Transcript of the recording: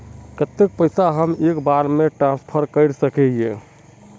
केते पैसा हम एक बार ट्रांसफर कर सके हीये?